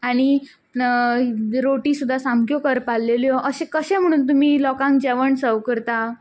आनी रोटी सुद्दां सामक्यो करपालेल्यो अशें कशें म्हणून तुमी लोकांक जेवण सर्व करता